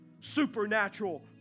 supernatural